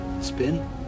Spin